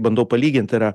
bandau palygint tai yra